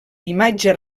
imatge